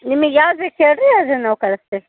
ನಿಮಿಗೆ ಯಾವ್ದು ಬೇಕು ಹೇಳಿ ರೀ ಅದನ್ನು ನಾವು ಕಳಸ್ತೀವಿ